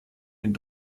den